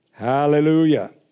Hallelujah